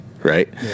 Right